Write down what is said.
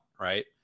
right